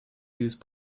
use